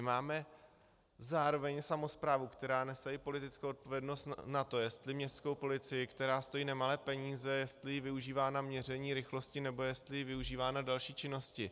Máme zároveň samosprávu, která nese i politickou odpovědnost za to, jestli městskou policii, která stojí nemalé peníze, využívá na měření rychlosti, nebo jestli ji využívá na další činnosti.